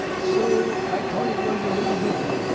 so i thought it was a little bit,